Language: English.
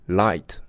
,light